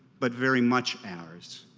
but very much ours.